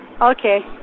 Okay